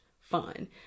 fun